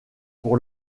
pour